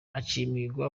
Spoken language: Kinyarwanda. uciyimihigo